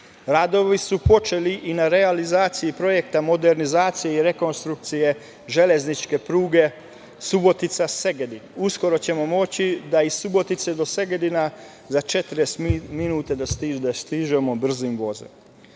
su počeli i na realizaciji projekta modernizacije i rekonstrukcije železničke pruge Subotica – Segedin. Uskoro ćemo moći da iz Subotice do Segedina stignemo za 40 minuta brzim